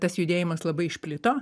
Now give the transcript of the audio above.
tas judėjimas labai išplito